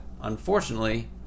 unfortunately